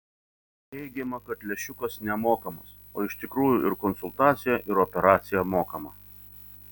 teigiama kad lęšiukas nemokamas o iš tikrųjų ir konsultacija ir operacija mokama